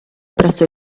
presso